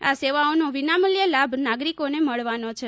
આ સેવાઓનો વિનામૂલ્યે લાભ નાગરિકોને મળવાનો છે